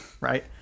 right